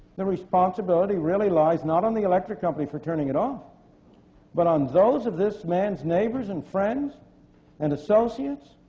the responsibility really lies not on the electric company for turning it off but on those of this man's neighbors and friends and associates.